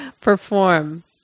perform